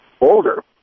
older